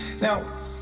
Now